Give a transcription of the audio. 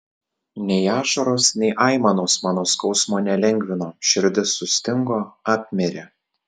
nei ašaros nei aimanos mano skausmo nelengvino širdis sustingo apmirė